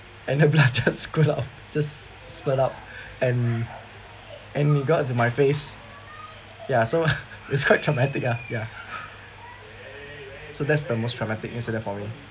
and the blood just squirt out just squirt out and and got into my face ya so it's quite traumatic ah ya so that's the most traumatic incident for me